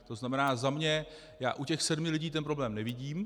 To znamená za mě: Já u těch sedmi lidí ten problém nevidím.